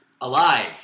alive